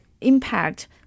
impact